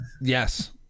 Yes